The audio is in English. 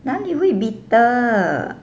哪里会 bitter